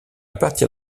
partir